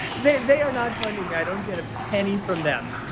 they they are not funding me. i don't get a penny from them.